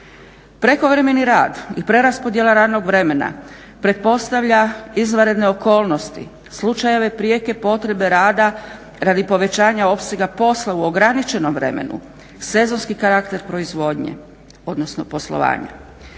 Prekovremeni rad i preraspodjela radnog vremena pretpostavlja izvanredne okolnosti, slučajeve prijeke potrebe rada radi povećanja opsega posla u ograničenom vremenu, sezonski karakter proizvodnje, odnosno poslovanja.